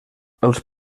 els